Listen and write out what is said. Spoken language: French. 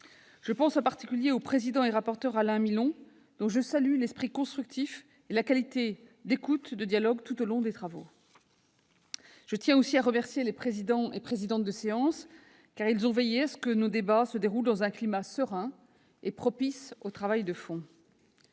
Je pense en particulier au président et rapporteur Alain Milon, dont je salue l'esprit constructif et la qualité de l'écoute et du dialogue tout au long de nos travaux. Je tiens aussi à remercier les présidents et présidentes de séance, car ils ont veillé à ce que nos débats se déroulent dans un climat serein, propice au travail de fond.